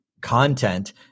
content